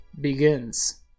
begins